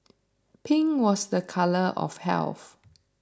pink was the colour of health